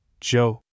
Joe